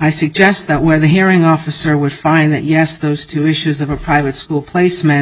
i suggest that where the hearing officer would find that yes those two issues of a private school placement